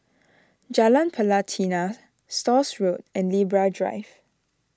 Jalan Pelatina Stores Road and Libra Drive